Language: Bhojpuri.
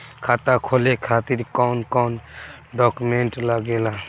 खाता खोले खातिर कौन कौन डॉक्यूमेंट लागेला?